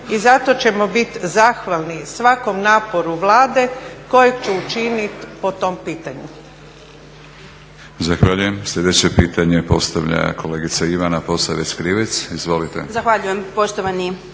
i zato ćemo bit zahvalni svakom naporu Vlade kojeg će učinit po tom pitanju.